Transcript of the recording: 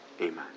Amen